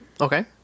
Okay